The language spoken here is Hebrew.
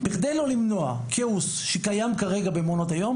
בכדי לא למנוע כאוס שקיים כרגע במעונות היום